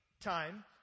time